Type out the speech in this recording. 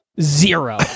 zero